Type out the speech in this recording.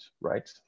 right